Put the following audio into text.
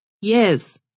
Yes